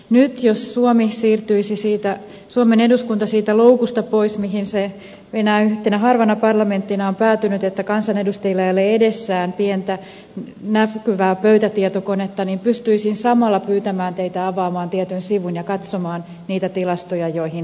nyt jos suomen eduskunta siirtyisi siitä loukusta pois mihin se enää yhtenä harvana parlamenttina on päätynyt että kansanedustajilla ei ole edessään pientä näkyvää pöytätietokonetta niin pystyisin samalla pyytämään teitä avaamaan tietyn sivun ja katsomaan niitä tilastoja joihin haluaisin viitata